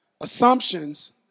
assumptions